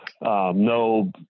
No